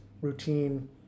routine